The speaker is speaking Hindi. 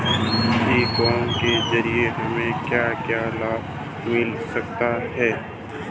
ई कॉमर्स के ज़रिए हमें क्या क्या लाभ मिल सकता है?